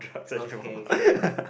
okay can